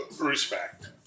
Respect